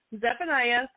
Zephaniah